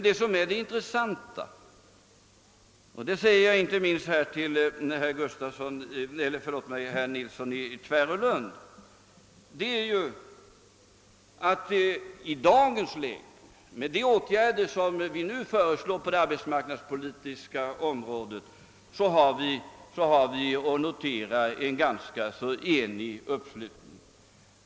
Det intressanta är ju — och det säger jag inte minst till herr Nilsson i Tvärålund — att det i dagens läge och beträffande de åtgärder som vi nu föreslår på det arbetsmarknadspolitiska området kan noteras en ganska enig uppslutning.